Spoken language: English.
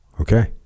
Okay